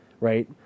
Right